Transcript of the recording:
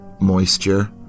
moisture